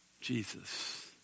Jesus